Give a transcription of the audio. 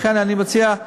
ולכן אני מציע,